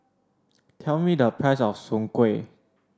tell me the price of soon kway